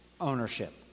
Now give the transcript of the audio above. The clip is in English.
ownership